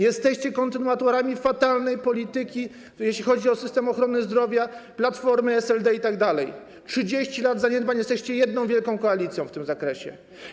Jesteście kontynuatorami fatalnej polityki, jeśli chodzi o system ochrony zdrowia, Platformy, SLD itd. 30 lat zaniedbań - jesteście jedną wielką koalicją w tym zakresie.